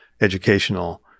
educational